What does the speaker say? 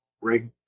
rig